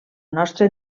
nostre